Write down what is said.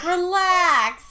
Relax